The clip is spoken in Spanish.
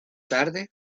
tarde